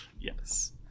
yes